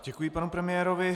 Děkuji panu premiérovi.